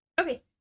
okay